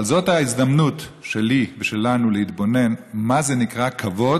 אבל זאת ההזדמנות שלי ושלנו להתבונן במה זה נקרא כבוד,